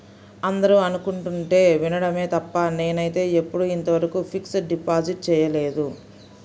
అందరూ అనుకుంటుంటే వినడమే తప్ప నేనైతే ఎప్పుడూ ఇంతవరకు ఫిక్స్డ్ డిపాజిట్ చేయలేదు